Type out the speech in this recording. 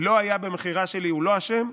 לא היה במכירה שלי, הוא לא אשם,